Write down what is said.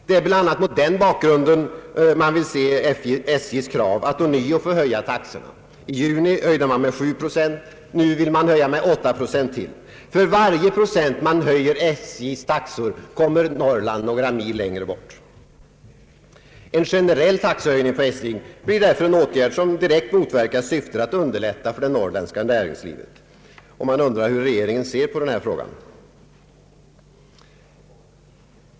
Det är bl.a. mot den bakgrunden man skall se SJ:s krav att ånyo få höja taxorna. I juni höjde man med 7 procent. Nu vill man höja med 8 procent till. För varje procent man höjer SJ:s taxor kommer Norrland några mil längre bort. En generell taxehöjning på SJ blir därför en åtgärd som direkt motverkar syftet att underlätta för det norrländska näringslivet. Man undrar hur regeringen ser på denna fråga.